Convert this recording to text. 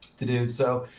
to do so.